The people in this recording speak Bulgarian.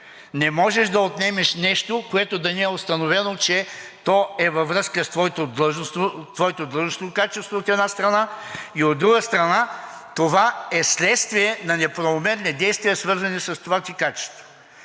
Не можеш да отнемеш нещо, което да не е установено, че то е във връзка с твоето длъжностно качество, от една страна, и, от друга страна, това е вследствие на неправомерни действия, свързани с това ти качество.